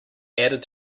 added